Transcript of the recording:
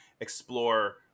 explore